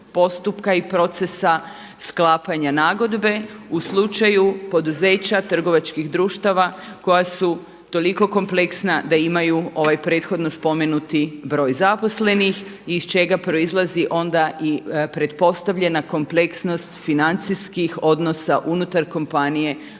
i procesa sklapanja nagodbe u slučaju poduzeća trgovačkih društava koja su toliko kompleksna da imaju ovaj prethodno spomenuti broj zaposlenih iz čega proizlazi onda i pretpostavljena kompleksnost financijskih odnosa unutar kompanije koji